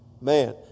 Man